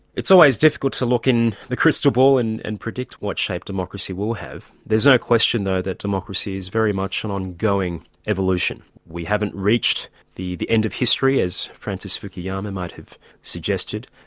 it's always difficult to look in the crystal ball and and predict what shape democracy will have. there's no question though that democracy is very much an ongoing evolution. we haven't reached the the end of history, as francis fukuyama might have suggested,